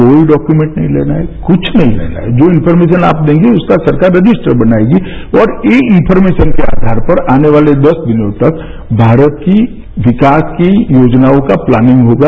कोई डॉक्यूमेंट नहीं लेना है कुछ नहीं लेना है जो इंफोरमेशन आप देंगे उसका सरकार रजिस्टर बनाएगी और इस इंफोरमेशन के आधार पर आने वाले दस दिनों तक भारत की विकास की योजनाओं का प्लानिंग होगा